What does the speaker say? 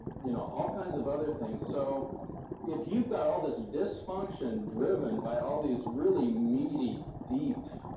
you know all kinds of other things. so if you've got all this dysfunction driven by all these really meaty, deep,